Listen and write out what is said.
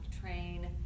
train